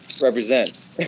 represent